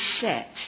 set